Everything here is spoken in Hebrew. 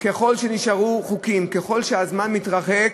ככל שנשארו חוקים, ככל שהזמן מתרחק,